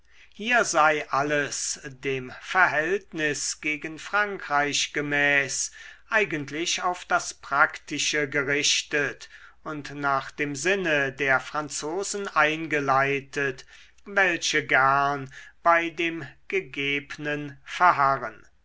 hier sei alles dem verhältnis gegen frankreich gemäß eigentlich auf das praktische gerichtet und nach dem sinne der franzosen eingeleitet welche gern bei dem gegebnen verharren